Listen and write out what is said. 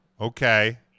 okay